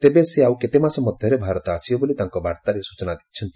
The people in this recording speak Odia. ତେବେ ସେ ଆଉ କେତେ ମାସ ମଧ୍ୟରେ ଭାରତ ଆସିବେ ବୋଲି ତାଙ୍କ ବାର୍ତ୍ତାରେ ସ୍ଚନା ଦେଇଛନ୍ତି